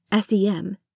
SEM